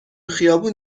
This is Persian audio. خیابون